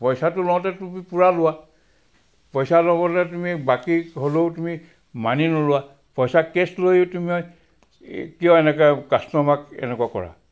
পইচাটো লওঁতে তুমি পূৰা লোৱা পইচা ল'বলৈ তুমি বাকী হ'লেও তুমি মানি নোলোৱা পইচা কেছ লৈয়ো তুমি কিয় এনেকৈ কাষ্টমাৰক এনেকুৱা কৰা